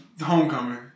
Homecoming